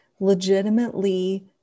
legitimately